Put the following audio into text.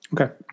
okay